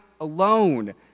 alone